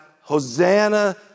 Hosanna